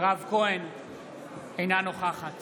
אינה נוכחת